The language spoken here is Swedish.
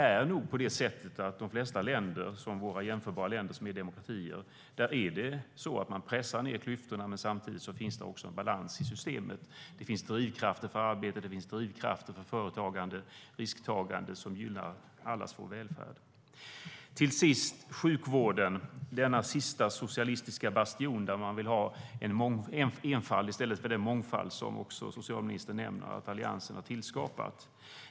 I de flesta jämförbara demokratier minskar klyftorna, men samtidigt finns det en balans i systemet. Det finns drivkrafter för arbete, företagande och risktagande som gynnar allas vår välfärd. Till sist om sjukvården, denna sista socialistiska bastion där man vill ha enfald i stället för den mångfald som socialministern nämnde att Alliansen har tillskapat.